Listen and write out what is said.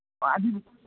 ꯑꯣ ꯑꯗꯨ